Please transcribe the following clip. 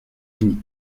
unis